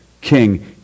king